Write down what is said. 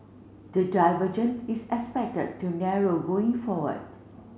the divergent is expected to narrow going forward